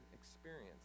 experience